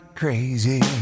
crazy